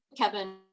kevin